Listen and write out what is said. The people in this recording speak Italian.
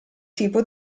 tipo